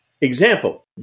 Example